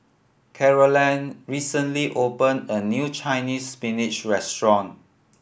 Carolann recently opened a new Chinese Spinach restaurant